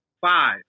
Five